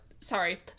sorry